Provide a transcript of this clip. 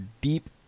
deep